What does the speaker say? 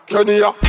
Kenya